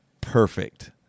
perfect